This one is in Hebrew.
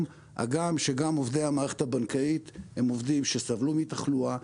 הגם שגם עובדי המערכת הבנקאית הם עובדים שסבלו מתחלואה.